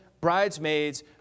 bridesmaids